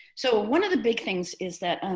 so one of the big things is that.